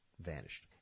vanished